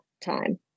Time